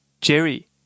Jerry